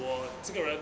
我这个人